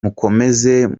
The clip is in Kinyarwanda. mukomeze